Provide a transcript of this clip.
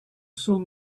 sun